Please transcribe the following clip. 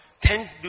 ten